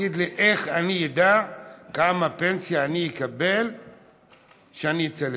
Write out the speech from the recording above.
תגיד לי איך אני אדע כמה פנסיה אני אקבל כשאצא לפנסיה.